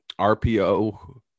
RPO